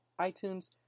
iTunes